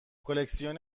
کلکسیون